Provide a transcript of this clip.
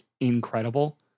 incredible